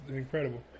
incredible